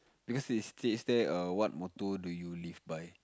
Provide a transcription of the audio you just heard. because it states there err what motto do you live by